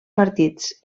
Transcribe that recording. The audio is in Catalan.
partits